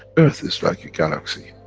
earth is like a galaxy